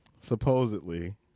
supposedly